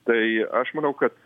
tai aš manau kad